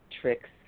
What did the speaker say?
tricks